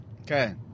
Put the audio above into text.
Okay